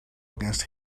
against